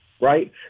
right